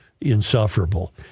insufferable